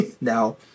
now